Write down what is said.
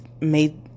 made